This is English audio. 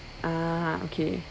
ah okay